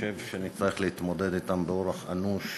חושב שנצטרך להתמודד אתן באורח אנוש